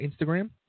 Instagram